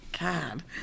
God